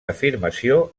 afirmació